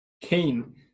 Cain